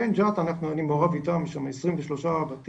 כן ג'ת, אני מעורב איתם שם 23 בתים.